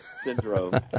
Syndrome